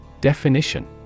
Definition